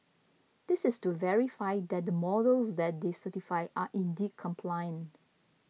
this is to verify that the models that they certified are indeed compliant